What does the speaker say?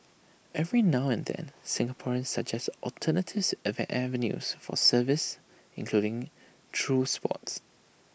every now and then Singaporeans suggest avenues for service including through sports